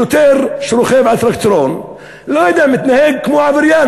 שוטר שרוכב על טרקטורון מתנהג כמו עבריין,